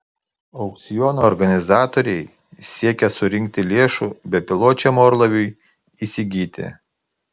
aukciono organizatoriai siekia surinkti lėšų bepiločiam orlaiviui įsigyti